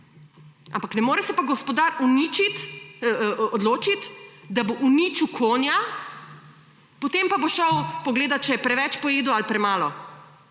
Ampak ne more se pa gospodar odločiti, da bo uničil konja, potem pa bo šel pogledati, če je preveč pojedel ali premalo.